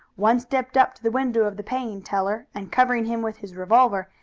one stepped up to the window of the paying teller, and covering him with his revolver,